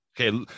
Okay